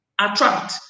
attract